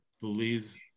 believes